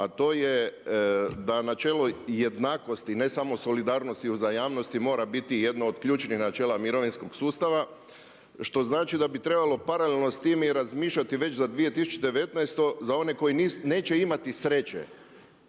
a to je da na čelo jednakosti a ne samo solidarnosti i uzajamnosti mora biti jedno od ključnih načela mirovinskog sustava. Što znači da bi trebalo paralelno s time i razmišljati već za 2019. za one koji neće imati sreće